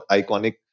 iconic